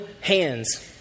hands